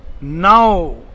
Now